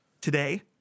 Today